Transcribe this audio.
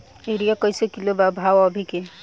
Urea कइसे kilo बा भाव अभी के?